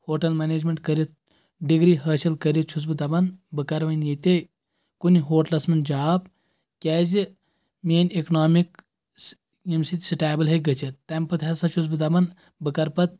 hotel management کٔرِتھ degree حٲصِل کٔرِتھ چھُس بہٕ دپان بہٕ کَرٕ وۄنۍ ییٚتے کُنہِ ہوٹلس منٛز جاب کیٛازِ میٲنۍ اِکنامِک ییٚمہِ سۭتۍ سٹیبٕل ہٮ۪کہِ گٔژھِتھ تَمہِ پتہٕ ہسا چھُس بہٕ دپان بہٕ کرٕ پتہٕ